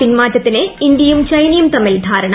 പിൻമാറ്റത്തിന് ഇന്ത്യയും ചെനയും തമ്മിൽ ധാരണ